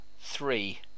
three